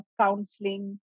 counseling